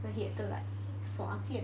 so he had to like 唰剑